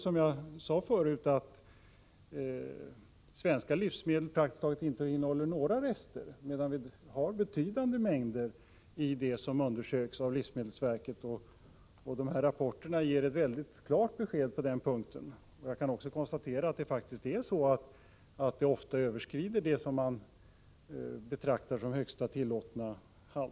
Som jag sade förut innehåller svenska livsmedel praktiskt taget inte några rester, medan vi har betydande mängder i de varor som undersöks av livsmedelsverket. Rapporterna ger klart besked på den punkten, och jag kan konstatera att mängderna ofta överskrider vad man betraktar som högsta tillåtna halt.